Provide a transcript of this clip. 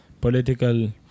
political